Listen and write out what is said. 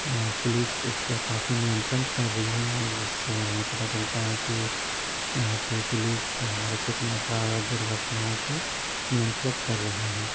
police इसपे काफ़ी नियंत्रण कर रहीं है जिससे हमें पता चलता है कि यहाँ की पुलिस हमारे क्षेत्र में अपराध और दुर्घटनाओं को नियंत्रित कर रही है